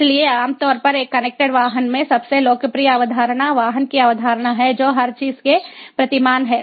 इसलिए आम तौर पर एक कनेक्टेड वाहन में सबसे लोकप्रिय अवधारणा वाहन की अवधारणा है जो हर चीज के प्रतिमान है